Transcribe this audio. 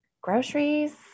groceries